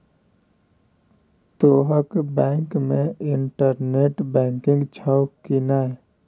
तोहर बैंक मे internet banking छौ कि नै